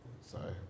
sorry